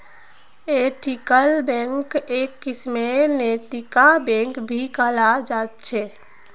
ethical बैंकक् एक किस्मेर नैतिक बैंक भी कहाल जा छे